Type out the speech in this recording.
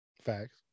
Facts